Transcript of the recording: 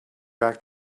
back